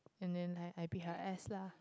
and then I I beat her ass lah